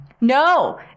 No